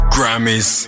Grammys